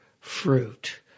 fruit